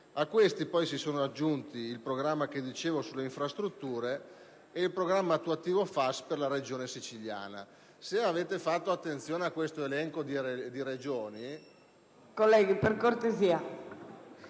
A questi poi si sono aggiunti il programma di cui vi dicevo sulle infrastrutture e il programma attuativo FAS per la Regione siciliana. Se avete fatto attenzione a questo elenco di Regioni, potete notare